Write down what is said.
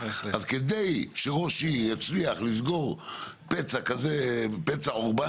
אז כדי שראש עיר יצליח לסגור פצע אורבני,